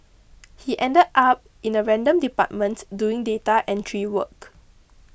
he ended up in a random department doing data entry work